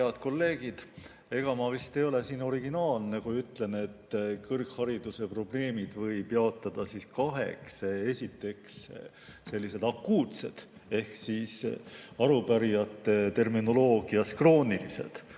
Head kolleegid! Ega ma vist ei ole originaalne, kui ütlen, et kõrghariduse probleemid võib jaotada kaheks. Esiteks, sellised akuutsed, arupärijate terminoloogias kroonilised